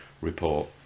report